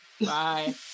Bye